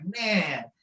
man